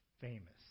famous